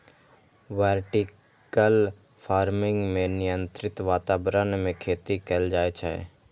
vertical farming मे नियंत्रित वातावरण मे खेती कैल जाइ छै